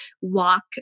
walk